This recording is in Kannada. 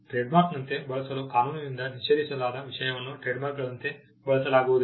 ಟ್ರೇಡ್ಮಾರ್ಕ್ನಂತೆ ಬಳಸಲು ಕಾನೂನಿನಿಂದ ನಿಷೇಧಿಸಲಾದ ವಿಷಯವನ್ನು ಟ್ರೇಡ್ಮಾರ್ಕ್ಗಳಂತೆ ಬಳಸಲಾಗುವುದಿಲ್ಲ